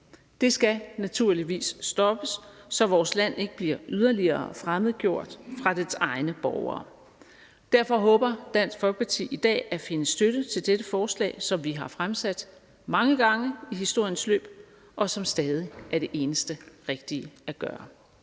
Det skal naturligvis stoppes, så vores land ikke bliver yderligere fremmedgjort fra sine egne borgere. Derfor håber Dansk Folkeparti i dag at finde støtte til dette forslag, som vi har fremsat mange gange i historiens løb, og som stadig er det eneste rigtige at gøre.